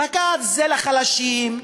בג"ץ זה לחלשים,